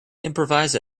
improvise